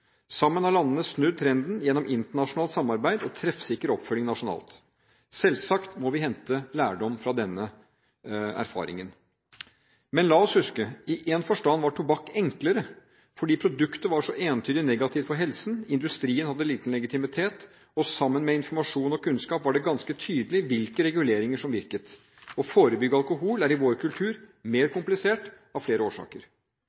Sammen har landene snudd trenden gjennom internasjonalt samarbeid og treffsikker oppfølging nasjonalt. Selvsagt må vi hente lærdom fra denne erfaringen. Men la oss huske, i én forstand var tobakk enklere, fordi produktet var så entydig negativt for helsen, industrien hadde liten legitimitet, og sammen med informasjon og kunnskap var det ganske tydelig hvilke reguleringer som virket. Å forebygge alkohol er i vår kultur mer komplisert av flere årsaker.